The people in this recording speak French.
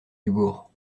dubourg